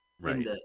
Right